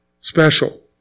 Special